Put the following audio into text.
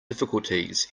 difficulties